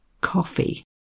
coffee